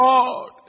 Lord